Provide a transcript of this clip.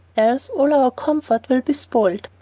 else all our comfort will be spoiled.